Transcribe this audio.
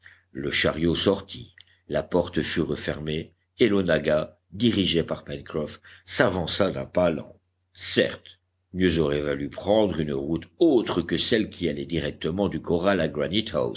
le chariot sortit la porte fut refermée et l'onagga dirigé par pencroff s'avança d'un pas lent certes mieux aurait valu prendre une route autre que celle qui allait directement du corral à